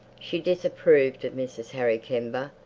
she disapproved of mrs harry kember.